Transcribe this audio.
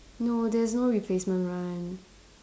no there's no replacement run